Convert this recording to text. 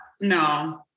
No